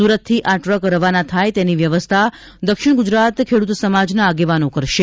સુરતથી આ ટ્રક રવાના થાય તેની વ્યવસ્થા દક્ષિણ ગુજરાત ખેડૂત સમાજના આગેવાનો કરશે